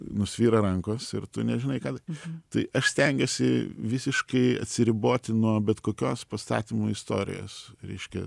nusvyra rankos ir tu nežinai ką tai aš stengiuosi visiškai atsiriboti nuo bet kokios pastatymų istorijos reiškia